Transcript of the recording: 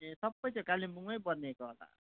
ए सबै त्यो कालिम्पोङमै बनिएको होला